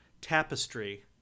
tapestry